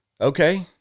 okay